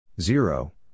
Zero